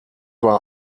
war